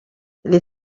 les